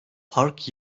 park